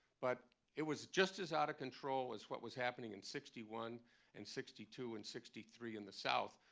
but it was just as out of control as what was happening in sixty one and sixty two and sixty three in the south,